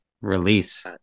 release